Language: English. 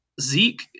Zeke